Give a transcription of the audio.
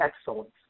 excellence